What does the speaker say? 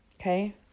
Okay